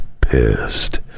pissed